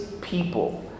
people